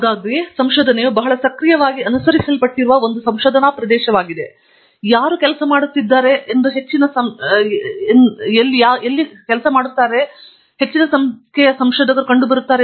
ಆಗಾಗ್ಗೆ ಸಂಶೋಧನೆಯು ಬಹಳ ಸಕ್ರಿಯವಾಗಿ ಅನುಸರಿಸಲ್ಪಟ್ಟಿರುವ ಒಂದು ಸಂಶೋಧನಾ ಪ್ರದೇಶವಾಗಿದೆ ಯಾರು ಕೆಲಸ ಮಾಡುತ್ತಿದ್ದಾರೆ ಎಂದು ಹೆಚ್ಚಿನ ಸಂಖ್ಯೆಯ ಸಂಶೋಧಕರು ಕಂಡುಬರುತ್ತಾರೆ